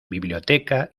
biblioteca